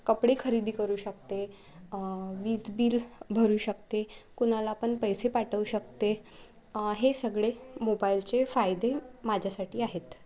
कपडे खरेदी करू शकते वीज बील भरू शकते कुणाला पण पैसे पाठवू शकते हे सगळे मोबाईलचे फायदे माझ्यासाठी आहेत